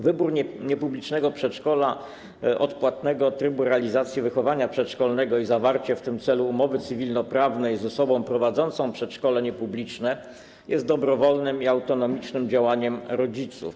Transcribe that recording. Wybór niepublicznego przedszkola, odpłatnego trybu realizacji wychowania przedszkolnego i zawarcie w tym celu umowy cywilnoprawnej z osobą prowadzącą przedszkole niepubliczne jest dobrowolnym i autonomicznym działaniem rodziców.